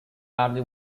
largely